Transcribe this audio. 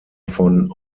von